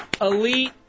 Elite